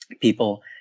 people